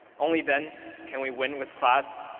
only then can we win with class.